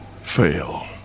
fail